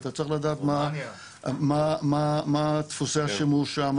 אתה צריך לדעת מה דפוסי השימוש שם,